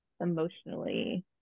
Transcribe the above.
emotionally